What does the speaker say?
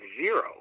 zero